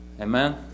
Amen